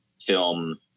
film